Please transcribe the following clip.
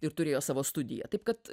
ir turėjo savo studiją taip kad